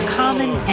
common